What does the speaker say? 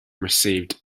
received